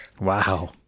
Wow